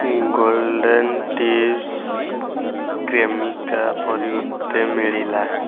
golden tips Cremica ପରିବର୍ତ୍ତେ ମିଳିଲା